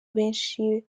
benshi